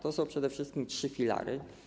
To są przede wszystkim trzy filary.